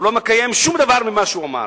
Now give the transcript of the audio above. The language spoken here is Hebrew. הוא לא מקיים שום דבר ממה שהוא אמר.